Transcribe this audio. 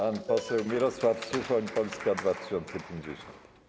Pan poseł Mirosław Suchoń, Polska 2050.